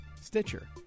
Stitcher